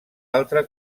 altra